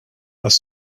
għas